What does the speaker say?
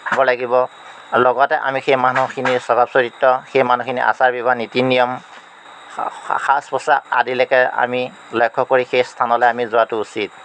যাব লাগিব লগতে আমি সেই মানুহখিনি স্বভাৱ চৰিত্ৰ সেই মানুহখিনি আচাৰ ব্যৱহাৰ নীতি নিয়ম সাজ পোচাক আদিলৈকে আমি লক্ষ্য কৰি সেই স্থানলৈ আমি যোৱাটো উচিত